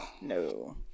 no